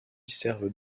servent